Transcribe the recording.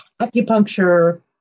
acupuncture